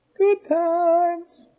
goodtimes